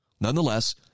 Nonetheless